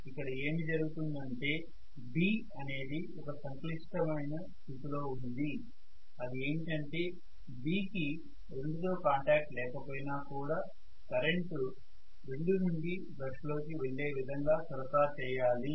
ఇక్కడ ఏమి జరుగుతుంది అంటే B అనేది ఒక సంక్లిష్ట పరిస్థితిలో ఉంది అది ఏమంటే B కి 2 తో కాంటాక్ట్ లేకపోయినా కూడా కరెంటుని 2 నుండి బ్రష్ లోకి వెళ్లే విధంగా సరఫరా చేయాలి